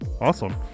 awesome